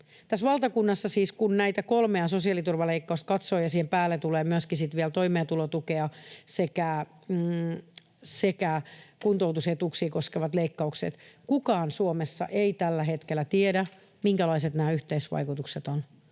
Tässä valtakunnassa siis, kun näitä kolmea sosiaaliturvaleikkausta katsoo ja siihen päälle tulevat sitten vielä myöskin toimeentulotukea sekä kuntoutusetuuksia koskevat leikkaukset, niin kukaan Suomessa ei tällä hetkellä tiedä, minkälaiset nämä yhteisvaikutukset ovat.